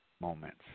moments